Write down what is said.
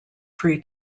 free